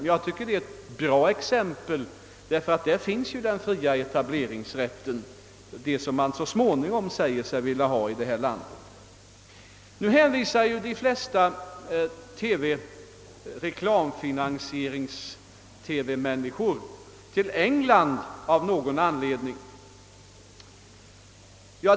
Jag tycker att Amerika är ett bra exempel eftersom man där har den fria etableringsrätt som reservanterna så småningom vill ha i detta land. De flesta förespråkarna för en reklamfinansierad TV hänvisar av någon anledning till England.